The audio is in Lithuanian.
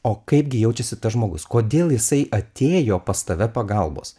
o kaip gi jaučiasi tas žmogus kodėl jisai atėjo pas tave pagalbos